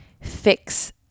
fix